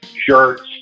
shirts